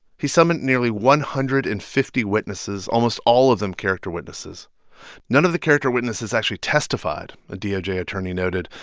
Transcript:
he summoned nearly one hundred and fifty witnesses, almost all of them character witnesses none of the character witnesses actually testified, a doj attorney noted,